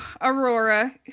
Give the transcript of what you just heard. Aurora